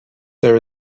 there